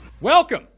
Welcome